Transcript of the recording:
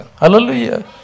Hallelujah